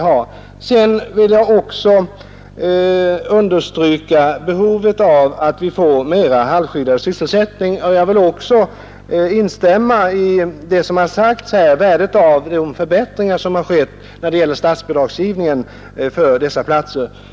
Jag vill också understryka behovet av mer av halvskyddad sysselsättning. Jag vill även instämma i vad som har sagts här om värdet av de förbättringar som skett när det gäller statsbidragsgivningen för dessa platser.